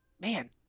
man